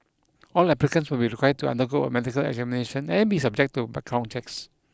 all applicants will be required to undergo a medical examination and be subject to background checks